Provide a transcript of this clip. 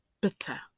bitter